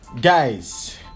guys